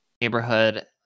Neighborhood